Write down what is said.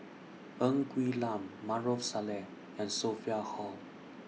Ng Quee Lam Maarof Salleh and Sophia Hull